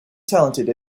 talented